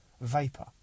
vapor